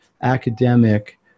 academic